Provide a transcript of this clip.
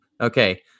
okay